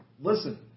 listen